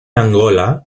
angola